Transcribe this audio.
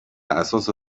اساس